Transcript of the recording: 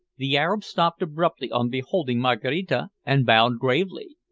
the arab stopped abruptly on beholding maraquita, and bowed gravely.